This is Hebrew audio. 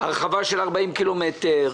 הרחבה של 40 קילומטר,